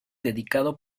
dedicado